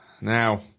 Now